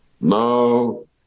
no